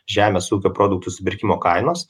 žemės ūkio produktų supirkimo kainos